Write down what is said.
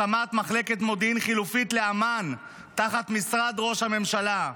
הקמת מחלקת מודיעין חלופית לאמ"ן תחת משרד ראש הממשלה,